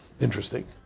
interesting